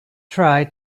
try